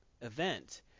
event